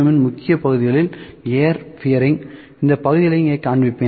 M இன் முக்கிய பகுதிகள் ஏர் பியரிங் இந்த பகுதிகளை இங்கே காண்பிப்பேன்